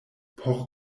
por